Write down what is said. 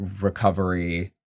recovery